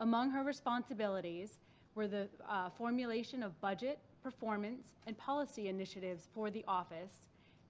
among her responsibilities were the formulation of budget, performance, and policy initiatives for the office